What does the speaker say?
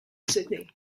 sydney